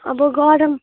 अब गरम